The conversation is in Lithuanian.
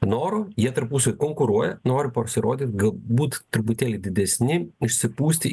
norų jie tarpusavy konkuruoja nori pasirodyt galbūt truputėlį didesni išsipūsti